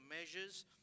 measures